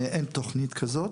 אין תוכנית כזאת.